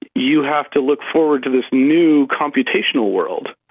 you have to look forward to this new computational world,